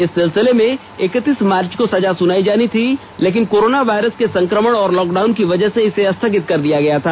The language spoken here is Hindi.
इस सिलसिले में इक्तीस मार्च को सजा सुनायी जानी थी लेकिन कोरोना वायरस के संक्रमण और लॉकडाउन की वजह से इसे स्थगित कर दिया गया था